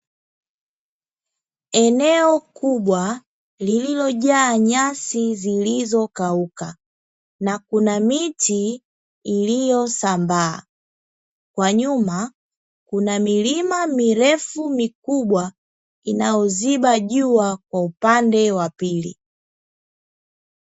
Eneo kubwa lililojaa nyasi zilizokauka na kuna miti iliyosambaa, kwa nyuma kuna milima mirefu mikubwa inayoziba jua kwa upande wa pili.